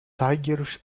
tigers